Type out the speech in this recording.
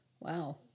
Wow